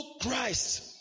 christ